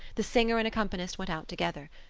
the singer and accompanist went out together.